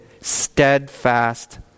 steadfast